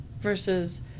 versus